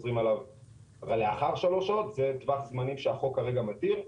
זה טווח זמנים שהחוק כרגע מתיר.